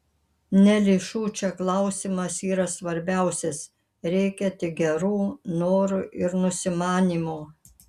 ne lėšų čia klausimas yra svarbiausias reikia tik gerų norų ir nusimanymo